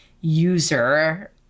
user